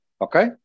Okay